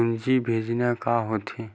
पूंजी भेजना का होथे?